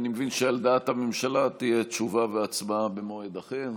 אני מבין שעל דעת הממשלה יהיו תשובה והצבעה במועד אחר.